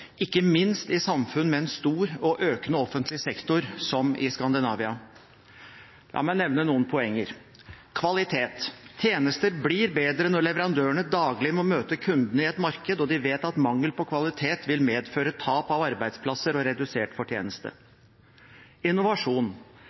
ikke minst i samfunn med en stor og voksende offentlig sektor, som i Skandinavia. La meg nevne noen poenger: Kvalitet: Tjenester blir bedre når leverandørene daglig må møte kundene i et marked og de vet at mangel på kvalitet vil medføre tap av arbeidsplasser og redusert fortjeneste. Innovasjon: